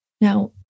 Now